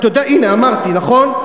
הנה אמרתי, נכון.